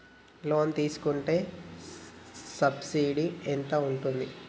Loan తీసుకుంటే subsidy ఎంత ఉంటది?